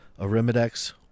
arimidex